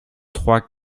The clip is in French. trois